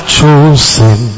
chosen